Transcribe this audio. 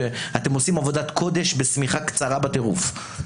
אתם עושים עבודת קודש בשמיכה קצרה בטירוף.